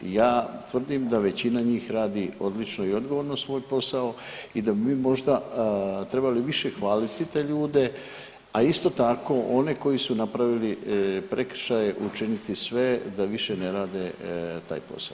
Ja tvrdim da većina njih radi odlično i odgovorno svoj posao i da bi mi možda trebali više hvaliti te ljude, a isto tako one koji su napravili prekršaje učiniti sve da više ne rade taj posao.